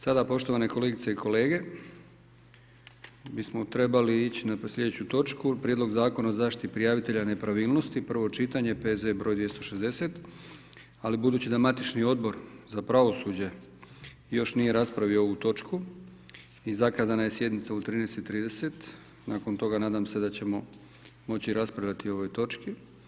Sada poštovane kolegice i kolege bismo trebali ići na sljedeću točku Prijedlog zakona o zaštiti prijavitelja nepravilnosti, prvo čitanje, P.Z. broj 260, ali budući da matični Odbor za pravosuđe još nije raspravio ovu točku i zakazana je sjednica u 13,30 nakon toga nadam se da ćemo moći raspravljati o ovoj točki.